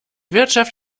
wirtschaft